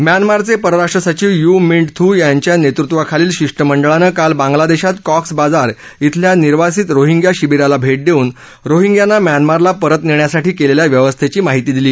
म्यानमारचे परराष्ट्र सचिव यु मिंट थू यांच्या नेतृत्वाखालील शिष्टमंडळानं काल बांगलादेशात कॉक्स बाजार इथल्या निर्वासित रोहिंग्या शिबीराला भेट देऊन रोहिंग्यांना म्यानमारला परत नेण्यासाठी केलेल्या व्यवस्थेची माहिती दिली